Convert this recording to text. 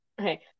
okay